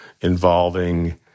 involving